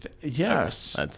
Yes